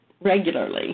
regularly